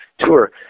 tour